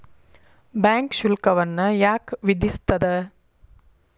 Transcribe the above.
Bank ಶುಲ್ಕವನ್ನ ಯಾಕ್ ವಿಧಿಸ್ಸ್ತದ?